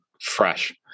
fresh